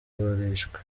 barishwe